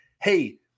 Hey